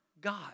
God